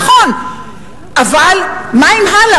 נכון, אבל מה הלאה?